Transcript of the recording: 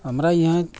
हमरा यहाँ